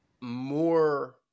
more